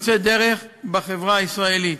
פורצי דרך בחברה הישראלית.